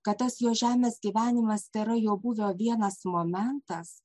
kad tas jo žemės gyvenimas tėra jo būdo vienas momentas